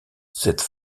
cette